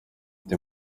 ati